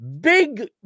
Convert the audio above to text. Big